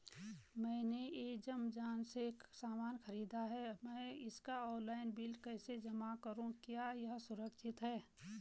मैंने ऐमज़ान से सामान खरीदा है मैं इसका ऑनलाइन बिल कैसे जमा करूँ क्या यह सुरक्षित है?